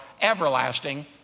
everlasting